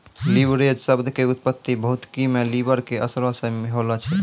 leverage शब्द के उत्पत्ति भौतिकी मे लिवर के असरो से होलो छै